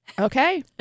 Okay